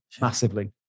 massively